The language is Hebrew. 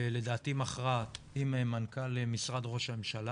לדעתי מכרעת, עם מנכ"ל משרד רוה"מ,